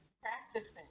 practicing